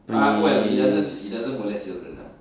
movies